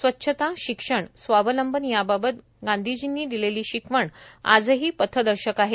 स्वच्छता शिक्षण स्वावलंबन याबाबत गांधीजी यांनी दिलेली शिकवण आजही पथदर्शक आहे